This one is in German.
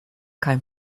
kein